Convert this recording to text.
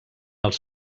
els